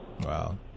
Wow